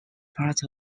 part